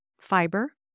fiber